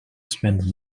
spend